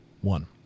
one